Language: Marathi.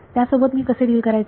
त्यासोबत मी कसे डील करायचे